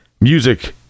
music